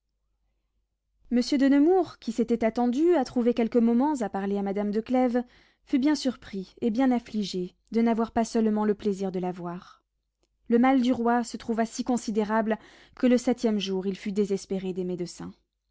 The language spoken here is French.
monsieur de nemours qui s'était attendu à trouver quelques moments à parler à madame de clèves fut bien surpris et bien affligé de n'avoir pas seulement le plaisir de la voir le mal du roi se trouva si considérable que le septième jour il fut désespéré des médecins